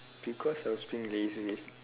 because I was being lazy